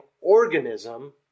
organism